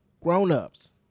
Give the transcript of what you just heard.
grown-ups